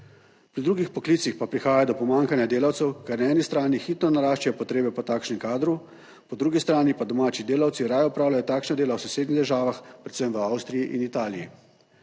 Pri drugih poklicih pa prihaja do pomanjkanja delavcev, ker na eni strani hitro naraščajo potrebe po takšnem kadru, po drugi strani pa domači delavci raje opravljajo takšna dela v sosednjih državah, predvsem v Avstriji in Italiji,